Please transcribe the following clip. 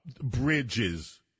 bridges